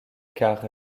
car